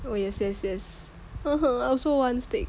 oh yes yes yes I also want steak